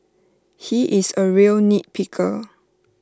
he is A real nitpicker